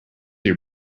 your